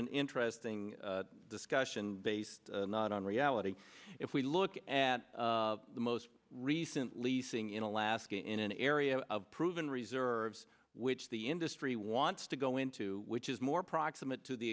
an interesting discussion based not on reality if we look at the most recent leasing in alaska in an area of proven reserves which the industry wants to go into which is more proximate to the